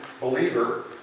believer